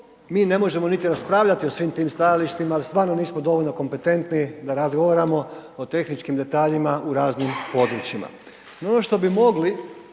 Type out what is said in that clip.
mi ne možemo niti raspravljati o svim tim stajalištima, al stvarno nismo dovoljno kompetentni da razgovaramo o tehničkim detaljima u raznim područjima. No, ono što bi mogli